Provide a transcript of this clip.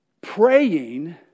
praying